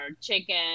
chicken